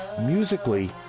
Musically